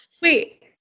Wait